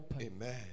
Amen